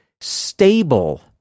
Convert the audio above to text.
stable